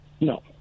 No